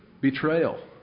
Betrayal